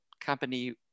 company